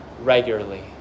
regularly